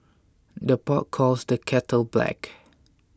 the pot calls the kettle black